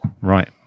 Right